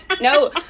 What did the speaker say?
no